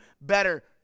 better